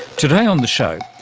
today on the show,